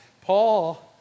Paul